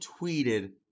tweeted